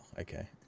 Okay